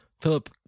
Philip